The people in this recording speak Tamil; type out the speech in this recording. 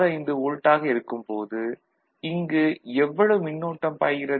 65 வோல்ட் ஆக இருக்கும்போது இங்கு எவ்வளவு மின்னோட்டம் பாய்கிறது